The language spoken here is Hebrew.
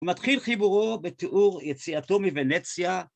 ומתחיל חיבורו בתיאור יציאתו מוונציה.